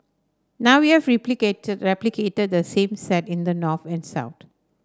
now we have replicated replicated the same set in the north and south